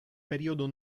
periodo